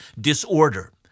disorder